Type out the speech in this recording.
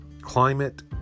Climate